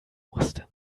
mustern